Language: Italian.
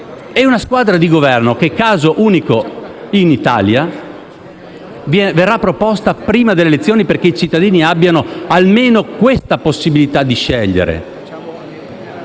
e una squadra di Governo che, caso unico in Italia, verrà proposta prima delle elezioni, perché i cittadini abbiano almeno la possibilità di scegliere